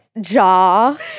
jaw